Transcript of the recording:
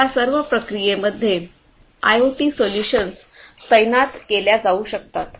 तर या सर्व प्रक्रियेमध्ये आयओटी सोल्यूशन्स तैनात केल्या जाऊ शकतात